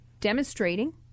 demonstrating